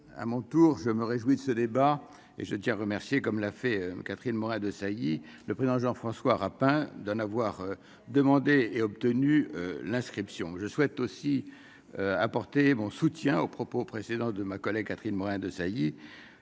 à mon tour, je me réjouis de ce débat et je tiens à remercier comme l'a fait Catherine Morin-Desailly, le président Jean-François Rapin d'en avoir demandé et obtenu l'inscription je souhaite aussi apporter mon soutien aux propos précédents de ma collègue Catherine Morin-Desailly